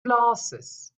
glasses